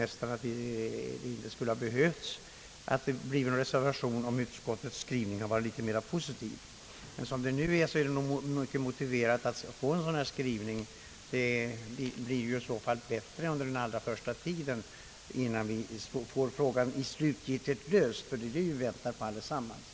Det hade ej behövts någon reservation, om utskottets skrivning varit mer positiv. Som det nu är kan reservationens skrivning motiveras. Det blir därigenom bättre för berörda elever även under den allra första tiden, innan frågan slutgiltigt lösts. Men den lösningen väntar vi allesammans på.